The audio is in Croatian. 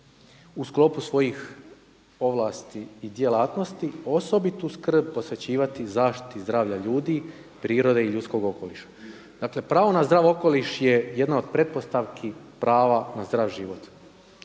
u sklopu svojih ovlasti i djelatnosti osobitu skrb posvećivati zaštiti zdravlja ljudi, prirode i ljudskog okoliša. Dakle, pravo na zdrav okoliš je jedna od pretpostavki prava na zdrav život.